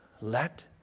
let